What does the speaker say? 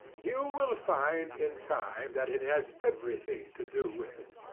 you will find in time that it has everything to do with it.